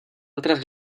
altres